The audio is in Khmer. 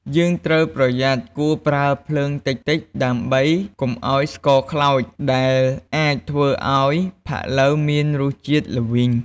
យើងត្រូវប្រយ័ត្នគួរប្រើភ្លើងតិចៗ ដើម្បីកុំឱ្យស្ករខ្លោច ដែលអាចធ្វើឱ្យផាក់ឡូវមានរសជាតិល្វីង។